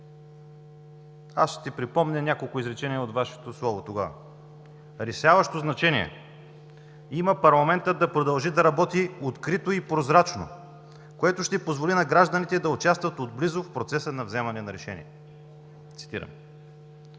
Ще припомня няколко изречения от Вашето слово тогава: „Решаващо значение има парламентът да продължи да работи открито и прозрачно, което ще позволи на гражданите да участват отблизо в процеса на вземане на решения.“